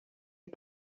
est